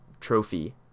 trophy